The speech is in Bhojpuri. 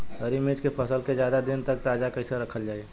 हरि मिर्च के फसल के ज्यादा दिन तक ताजा कइसे रखल जाई?